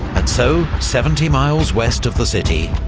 and so, seventy miles west of the city,